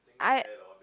I